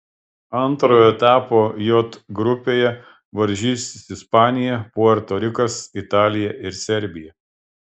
antrojo etapo j grupėje varžysis ispanija puerto rikas italija ir serbija